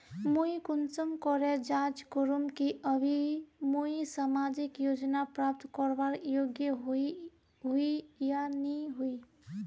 मुई कुंसम करे जाँच करूम की अभी मुई सामाजिक योजना प्राप्त करवार योग्य होई या नी होई?